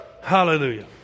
Hallelujah